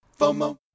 FOMO